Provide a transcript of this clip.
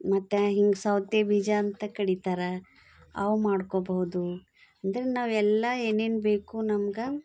ಮತ್ತು ಹಿಂಗೆ ಸೌತೆ ಬೀಜ ಅಂತ ಕಡಿತರ ಅವು ಮಾಡ್ಕೊಬೌದು ಅಂದ್ರೆ ನಾವು ಎಲ್ಲ ಏನೇನು ಬೇಕು ನಮ್ಗೆ